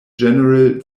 general